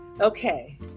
okay